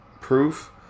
Proof